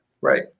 right